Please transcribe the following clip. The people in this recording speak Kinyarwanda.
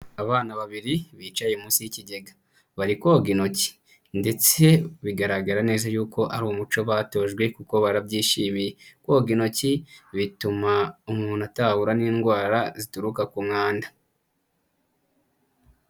Abana babiri bicaye munsi y'ikigega, bari koga intoki ndetse bigaragara neza yuko ari umuco batojwe kuko barabyishimiye. Koga intoki bituma umuntu atahura n'indwara zituruka ku mwanda.